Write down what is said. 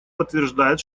подтверждает